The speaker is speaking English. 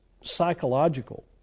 psychological